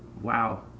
wow